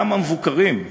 גם המבוקרים,